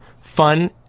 fun